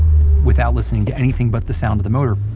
without listening to anything but the sound of the motor.